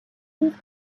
these